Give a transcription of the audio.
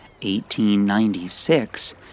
1896